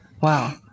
wow